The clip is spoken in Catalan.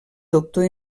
doctor